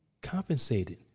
compensated